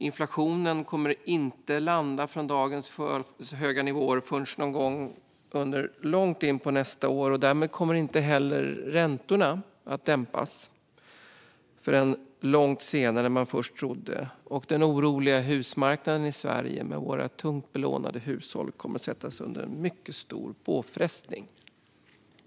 Inflationen kommer inte att landa från dagens höga nivåer förrän någon gång långt in på nästa år. Därmed kommer inte heller räntorna att dämpas förrän långt senare än man först trodde. Och den oroliga husmarknaden i Sverige, med våra högt belånade hushåll, kommer att utsättas för mycket stor påfrestning.